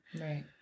Right